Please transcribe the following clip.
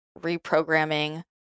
reprogramming